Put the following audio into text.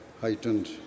heightened